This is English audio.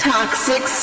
Toxic